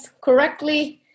correctly